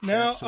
Now